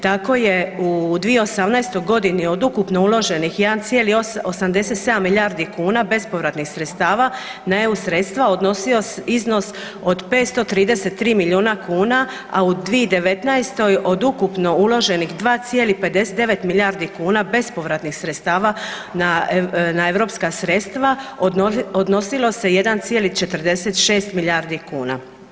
Tako je u 2018.g. od ukupno uloženih 1,87 milijardi kuna bespovratnih sredstava na eu sredstva odnosio iznos od 533 milijuna kuna, a u 2019.od ukupno uloženih 2,59 milijardi kuna bespovratnih sredstava na europska sredstava odnosilo se 1,46 milijardi kuna.